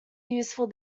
useful